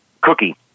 cookie